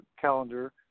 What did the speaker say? calendar